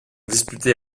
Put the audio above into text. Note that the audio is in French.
disputés